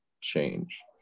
change –